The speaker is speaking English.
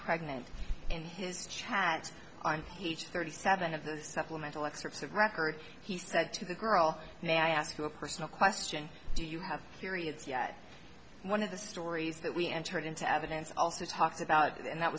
pregnant and his chance on each thirty seven of the supplemental excerpts of record he said to the girl may i ask you a personal question do you have periods yet one of the stories that we entered into evidence also talked about and that